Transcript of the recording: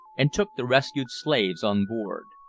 and took the rescued slaves on board.